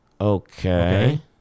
Okay